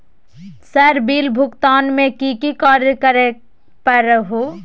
Sir bill भुगतान में की की कार्य पर हहै?